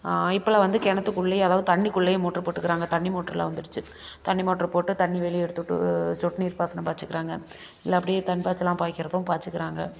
இப்பெல்லாம் வந்து கிணத்துக்குள்ளையே அதாவது தண்ணிக்குள்ளையே மோட்ரு போட்டுக்கறாங்க தண்ணி மோட்ருலாம் வந்துடுச்சு தண்ணி மோட்ரு போட்டு தண்ணி வெளியே எடுத்து விட்டு சொட்டுநீர் பாசனம் பாயிச்சுக்கிறாங்க இல்லை அப்படியே தண்ணி பாயிச்சிலாம் பாயிக்கிறதும் பாயிச்சுக்கிறாங்க